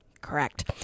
Correct